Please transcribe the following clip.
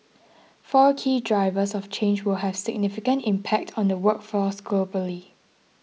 four key drivers of change will have significant impact on the workforce globally